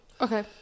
Okay